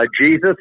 Jesus